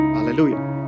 Hallelujah